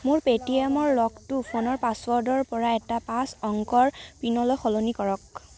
মোৰ পে'টিএমৰ লকটো ফোনৰ পাছৱৰ্ডৰ পৰা এটা পাঁচ অংকৰ পিনলৈ সলনি কৰক